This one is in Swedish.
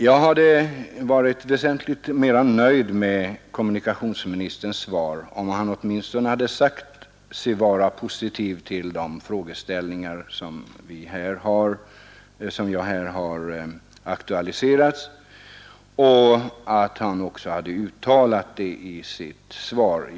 Jag hade varit väsentligt mera nöjd med kommunikationsministerns svar, om han åtminstone hade sagt sig vara positiv till de frågeställningar som jag här har aktualiserat och att han också uttalat detta i sitt svar.